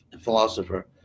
philosopher